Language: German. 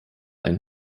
ein